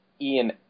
Ian